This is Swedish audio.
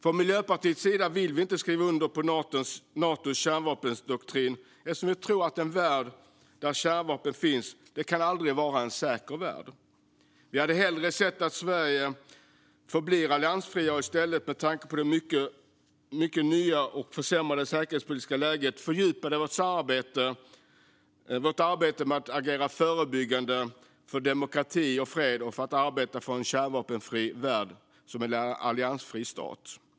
Från Miljöpartiets sida vill vi inte skriva under på Natos kärnvapendoktrin, eftersom vi tror att en värld där kärnvapen finns aldrig kan vara en säker värld. Vi hade hellre sett att Sverige förblir alliansfritt och i stället, med tanke på det nya och mycket försämrade säkerhetspolitiska läget, fördjupar vårt arbete med att agera förebyggande för demokrati och fred och för en kärnvapenfri värld som en alliansfri stat.